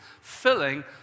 filling